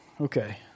Okay